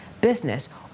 business